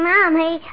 Mommy